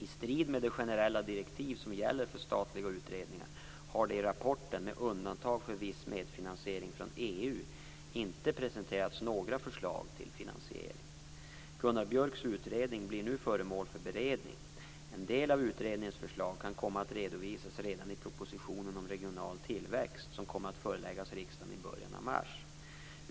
I strid med de generella direktiv som gäller för statliga utredningar har det i rapporten, med undantag för viss medfinansiering från EU, inte presenterats några förslag till finansiering. Gunnar Björks utredning blir nu föremål för beredning. En del av utredningens förslag kan komma att redovisas redan i propositionen om regional tillväxt, som kommer att föreläggas riksdagen i början av mars.